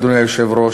אדוני היושב-ראש,